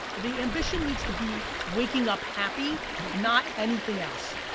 the ambition needs to be waking up happy, not anything else.